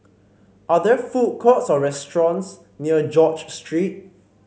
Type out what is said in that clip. are there food courts or restaurants near George Street